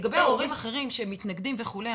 לגבי הורים אחרים שמתנגדים וכולי,